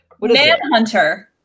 Manhunter